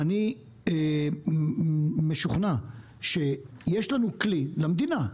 אני משוכנע שיש לנו כלי, למדינה,